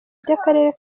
by’akarere